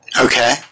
Okay